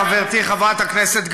חברתי חברת הכנסת גלאון,